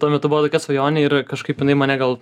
tuo metu buvo tokia svajonė ir kažkaip jinai mane gal